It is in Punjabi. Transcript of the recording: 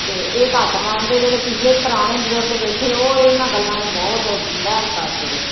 ਅਤੇ ਇਹ ਘੱਟ ਮੰਨਦੇ ਜਿਹੜੇ ਪਿਛਲੇ ਪੁਰਾਣੇ ਬਜ਼ੁਰਗ ਬੈਠੇ ਉਹ ਇਹਨਾਂ ਗੱਲਾਂ ਨੂੰ ਬਹੁਤ ਵਹਿਮ ਕਰਦੇ ਆ